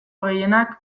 gehienak